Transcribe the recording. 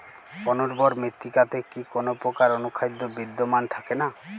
অনুর্বর মৃত্তিকাতে কি কোনো প্রকার অনুখাদ্য বিদ্যমান থাকে না?